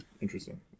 interesting